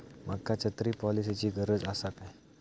माका छत्री पॉलिसिची गरज आसा काय?